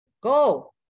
Go